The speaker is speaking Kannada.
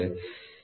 002 mm H